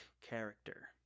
character